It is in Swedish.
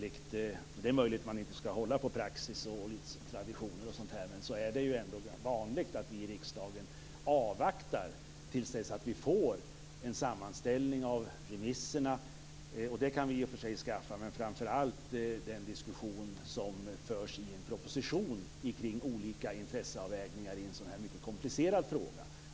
Det är möjligt att man inte skall hålla på praxis och traditioner och sådant, men det är ju ändå vanligt att vi i riksdagen avvaktar till dess att vi får en sammanställning av remisserna. Det kan vi i och för sig skaffa fram. Men framför allt gäller det att avvakta den diskussion som förs i en proposition omkring olika intresseavvägningar i en sådan här mycket komplicerad fråga.